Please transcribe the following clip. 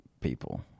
people